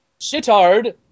Shitard